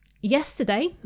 Yesterday